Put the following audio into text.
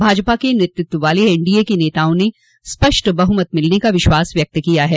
भाजपा के नेतृत्व वाले एनडीए के नेताओं ने स्पष्ट बहुमत मिलने का विश्वास व्यक्त किया है